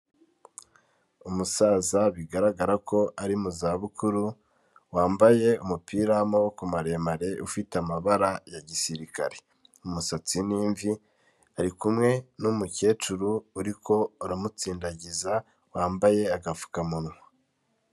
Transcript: Umusaza bigaragara ko ari mu zabukuru, wambaye umupira w'amaboko maremare ufite amabara ya gisirikare, umusatsi n'imvi, ari kumwe n'umukecuru uriko uramusingiza wambaye agapfukamunwa.